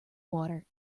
water